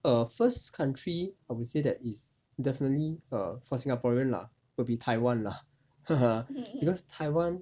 err first country I would say that is definitely err for singaporean lah will be taiwan lah because taiwan